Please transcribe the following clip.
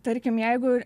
tarkim jeigu